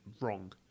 wrong